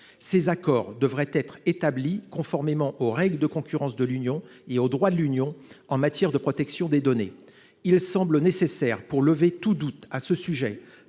Ces accords devraient être établis conformément aux règles de concurrence de l’Union et au droit de l’Union en matière de protection des données. » Pour lever tout doute à ce sujet,